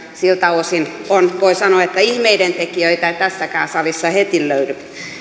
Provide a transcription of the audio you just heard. siltä osin voi sanoa että ihmeidentekijöitä ei tässäkään salissa heti löydy